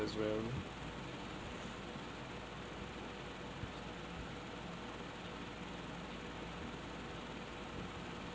as well